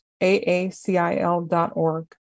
AACIL.org